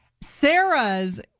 Sarah's